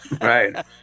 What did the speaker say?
Right